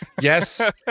yes